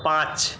পাঁচ